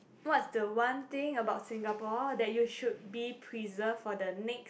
what's the one thing about Singapore that you should be preserved for the next